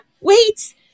wait